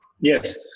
Yes